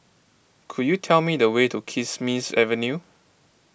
could you tell me the way to Kismis Avenue